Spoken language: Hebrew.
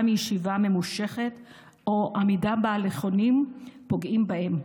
מישיבה ממושכת או עמידה בהליכונים פוגעים בהם.